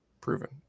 proven